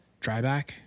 dryback